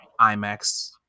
imax